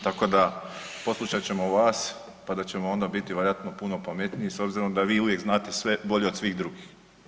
Tako da poslušat ćemo vas pa da ćemo onda biti vjerojatno puno pametniji s obzirom da vi uvijek znate sve bolje od svih drugih.